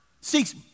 seeks